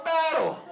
battle